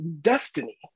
Destiny